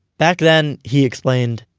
back then, he explained,